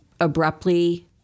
abruptly